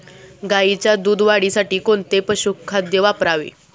गाईच्या दूध वाढीसाठी कोणते पशुखाद्य वापरावे?